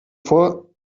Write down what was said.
vor